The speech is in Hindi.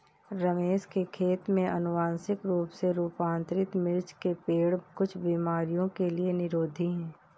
रमेश के खेत में अनुवांशिक रूप से रूपांतरित मिर्च के पेड़ कुछ बीमारियों के लिए निरोधी हैं